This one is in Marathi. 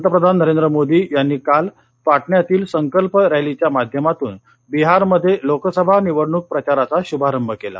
पंतप्रधान नरेंद्र मोदी यांनी काल पाटण्यातील संकल्प रॅलीच्या माध्यमातून बिहारमध्ये लोकसभा निवडणूक प्रचाराचा शुभारंभ केला